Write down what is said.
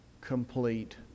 complete